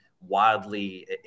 wildly